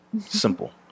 simple